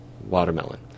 watermelon